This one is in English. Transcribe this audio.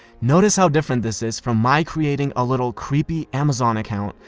notice how different this is from my creating a little creepy amazon account,